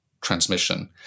transmission